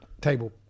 table